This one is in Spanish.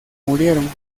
murieron